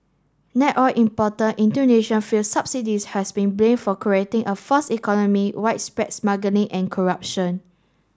net oil importer Indonesia fuel subsidies have been blame for creating a false economy widespread smuggling and corruption